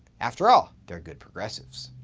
after all, they're good progressives.